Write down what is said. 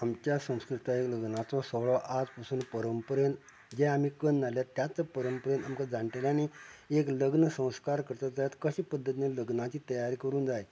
आमच्या संस्कृतायेंत लग्नाचो सुवाळो आज पसून परंपरेन जे आमी कन्न आयल्यात त्याच परंपरेन तुमकां जाणटेल्यांनी एक लग्न संस्कार करता तेन्ना कशें पद्दतीन लग्नाची तयारी करपाक करूंक जाय